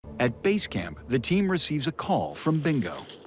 at base camp, the team receives a call from bingo.